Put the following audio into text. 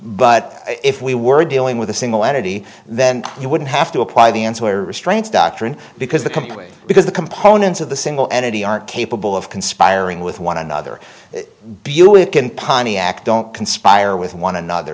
but if we were dealing with a single entity then you wouldn't have to apply the ancillary strengths doctrine because the complete because the components of the single entity aren't capable of conspiring with one another buick and pontiac don't conspire with one another